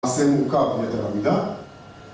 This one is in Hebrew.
מעשה מוכר יתר על המידה